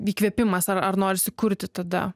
įkvėpimas ar ar norisi kurti tada